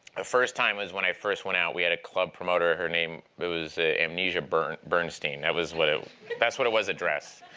the first time was when i first went out, we had a club promoter. her name was amnesia bernstein. that was it that's what it was at dress.